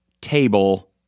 table